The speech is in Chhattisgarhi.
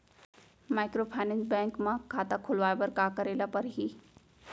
माइक्रोफाइनेंस बैंक म खाता खोलवाय बर का करे ल परही?